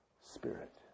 Spirit